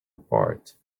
apart